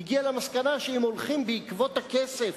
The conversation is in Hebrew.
הגיע למסקנה שאם הולכים בעקבות הכסף,